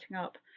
up